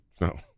No